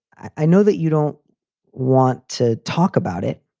i know that you don't want to talk about it,